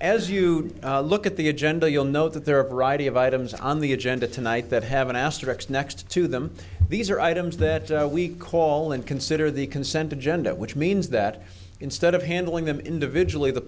as you look at the agenda you'll know that there are a variety of items on the agenda tonight that have an asterisk next to them these are items that we call and consider the consent agenda which means that instead of handling them individually the